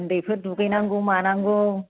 उन्दैफोर दुगैनांगौ मानांगौ